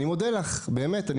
אני מודה לך מאוד.